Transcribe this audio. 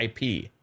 IP